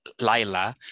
Laila